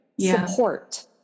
support